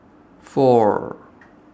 four